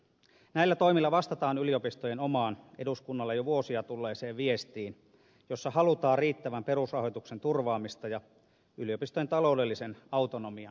näillä toimilla vastataan yliopistojen omaan eduskunnalle jo vuosia tulleeseen viestiin jossa halutaan riittävän perusrahoituksen turvaamista ja yliopistojen taloudellisen autonomian lisäämistä